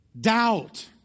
doubt